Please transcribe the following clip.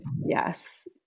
Yes